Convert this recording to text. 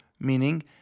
meaning